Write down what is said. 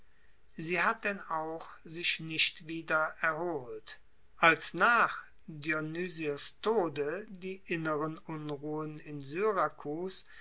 sie hat denn auch sich nicht wieder erholt als nach dionysios tode die inneren unruhen in syrakus